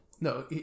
No